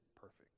perfect